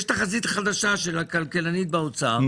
יש תחזית חדשה של הכלכלנית באוצר,